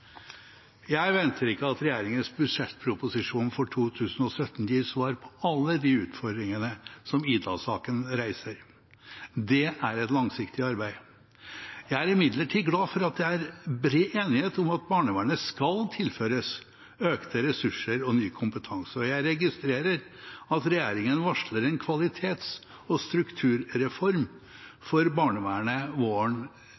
Jeg venter ikke at regjeringens budsjettproposisjon for 2017 gir svar på alle de utfordringene som «Ida»-saken reiser. Det er et langsiktig arbeid. Jeg er imidlertid glad for at det er bred enighet om at barnevernet skal tilføres økte ressurser og ny kompetanse. Og jeg registrerer at regjeringen varsler en kvalitets- og